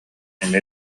эмиэ